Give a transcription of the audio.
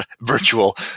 Virtual